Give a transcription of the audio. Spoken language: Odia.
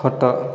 ଖଟ